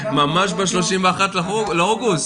ממש ב-31 לאוגוסט.